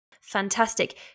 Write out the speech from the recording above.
Fantastic